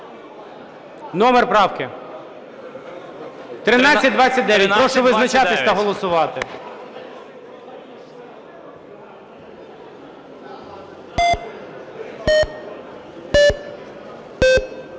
Номер правки? 1329. Прошу визначатись та голосувати.